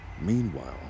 Meanwhile